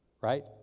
Right